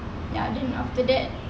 ya then after that